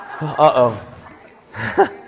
Uh-oh